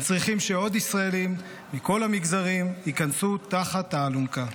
הם צריכים שעוד ישראלים מכל המגזרים ייכנסו תחת האלונקה.